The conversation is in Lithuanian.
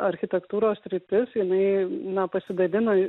architektūros sritis jinai na pasigadino